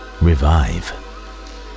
revive